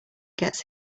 gets